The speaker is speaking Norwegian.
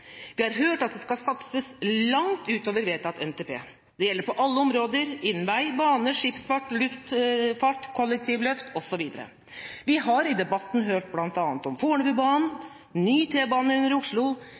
Vi har hørt at det skal satses langt utover vedtatt NTP. Det gjelder på alle områder: innen vei, bane, skipsfart, luftfart, kollektivløft osv. Vi har i debatten hørt